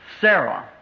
Sarah